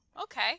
okay